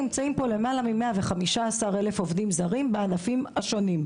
נמצאים פה למעלה מ-115 אלף עובדים זרים בענפים השונים.